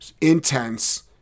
Intense